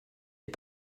est